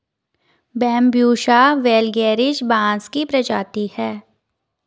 Bambusa vulgaris बाँस की प्रजाति है